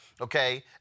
Okay